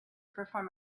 perform